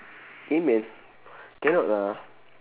email cannot lah